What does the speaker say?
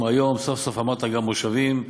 והיום סוף-סוף אמרת גם "מושבים",